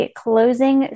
closing